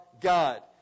God